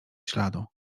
śladu